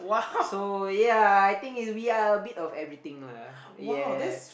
so ya I think we are a bit of everything lah ya